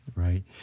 Right